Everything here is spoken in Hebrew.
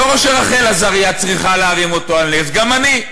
לא רק שרחל עזריה צריכה להרים אותו על נס, גם אני.